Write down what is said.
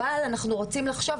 אבל אנחנו רוצים לחשוב,